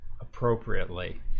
appropriately